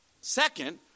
Second